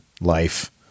life